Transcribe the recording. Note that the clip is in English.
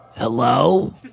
Hello